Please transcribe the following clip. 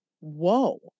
Whoa